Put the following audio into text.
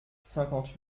cinquante